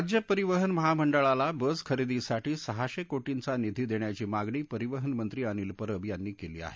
राज्य परिवहन महामंडळाला बस खरेदीसाठी सहाशे कोटींचा निधी देण्याची मागणी परिवहन मंत्री अनिल परब यांनी केली आहे